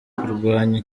kurwanya